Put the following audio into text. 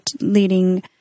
leading